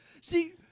See